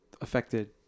affected